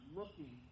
looking